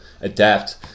adapt